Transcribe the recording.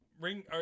ring